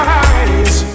eyes